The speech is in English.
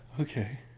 okay